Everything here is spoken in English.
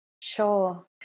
Sure